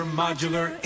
modular